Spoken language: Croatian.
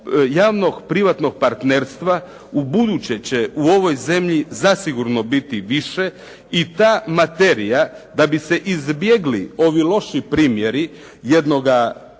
Javnog privatnog partnerstva ubuduće će u ovoj zemlji zasigurno biti više i ta materija da bi se izbjegli ovi loši primjeri jednoga